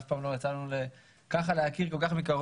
אף פעם לא יצא לנו להכיר כל כך מקרוב,